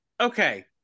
Okay